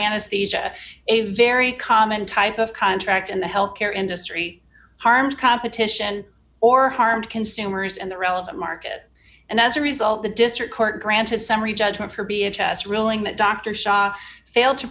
anesthesia a very common type of contract in the health care industry harms competition or harm to consumers and the relevant market and as a result the district court granted summary judgment for be excess ruling that dr shah failed to